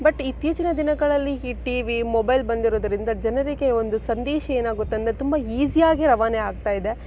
but ಇತ್ತೀಚಿನ ದಿನಗಳಲ್ಲಿ ಈ ಟಿ ವಿ ಮೊಬೈಲ್ ಬಂದಿರೋದ್ರಿಂದ ಜನರಿಗೆ ಒಂದು ಸಂದೇಶ ಏನಾಗುತ್ತಂದ್ರೆ ತುಂಬ ಈಸಿ ಆಗಿ ರವಾನೆ ಆಗ್ತಾಯಿದೆ